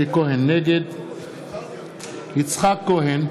נגד יצחק כהן,